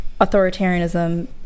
authoritarianism